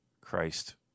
Christ